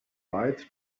lied